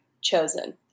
chosen